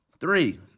Three